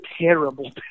terrible